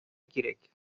кирәк